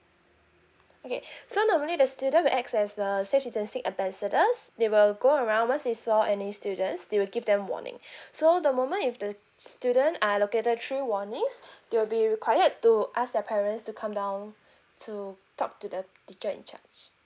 okay so the warning the student will act as the safe distancing ambassadors they will go around once they saw any students they will give them warning so the moment if the student are located three warnings they'll be required to ask their parents to come down to talk to the teacher in charge